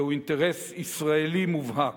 זהו אינטרס ישראלי מובהק.